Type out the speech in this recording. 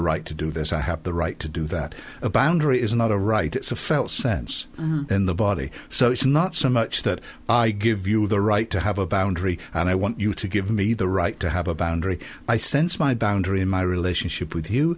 right to do this i have the right to do that a boundary is not a right it's a felt sense in the body so it's not so much that i give you the right to have a boundary and i want you to give me the right to have a boundary i sense my boundary in my relationship with you